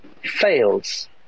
fails